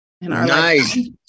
Nice